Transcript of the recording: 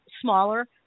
smaller